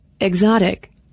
exotic